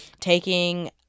taking